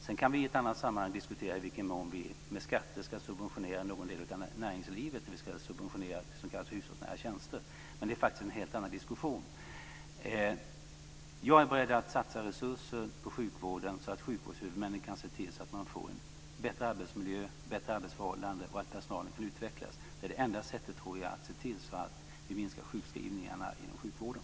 Sedan kan vi i ett annat sammanhang diskutera i vilken mån vi när det gäller skatter ska subventionera någon del av näringslivet, om vi ska subventionera det som kallas för hushållsnära tjänster. Men det är faktiskt en helt annan diskussion. Jag är beredd att satsa resurser på sjukvården, så att sjukvårdshuvudmännen kan se till att det blir en bättre arbetsmiljö och bättre arbetsförhållanden och att personalen kan utvecklas. Jag tror att det är det enda sättet att minska sjukskrivningarna inom sjukvården.